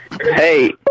Hey